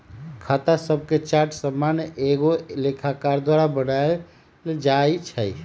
खता शभके चार्ट सामान्य एगो लेखाकार द्वारा बनायल जाइ छइ